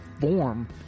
form